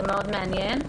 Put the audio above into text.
זה מעניין מאוד,